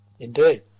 Indeed